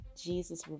Jesus